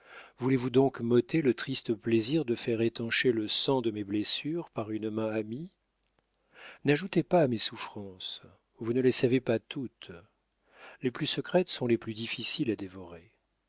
voulez-vous donc m'ôter le triste plaisir de faire étancher le sang de mes blessures par une main amie n'ajoutez pas à mes souffrances vous ne les savez pas toutes les plus secrètes sont les plus difficiles à dévorer